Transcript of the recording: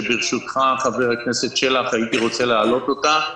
שברשותך חבר הכנסת שלח הייתי רוצה להעלות אותה,